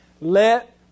Let